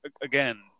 again